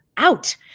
Out